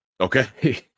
Okay